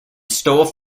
stole